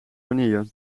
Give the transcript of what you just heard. vanille